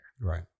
Right